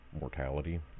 mortality